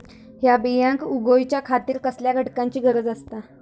हया बियांक उगौच्या खातिर कसल्या घटकांची गरज आसता?